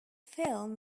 film